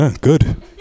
Good